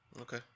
okay